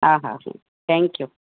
हा हा जी थैंक्यू